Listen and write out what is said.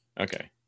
Okay